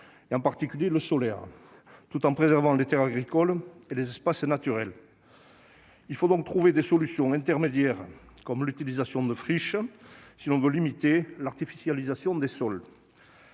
en particulier l'énergie solaire, tout en préservant les terres agricoles et les espaces naturels. Il faut donc trouver des solutions intermédiaires, comme l'utilisation de friches, si l'on veut limiter l'artificialisation des sols.